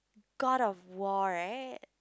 God of War right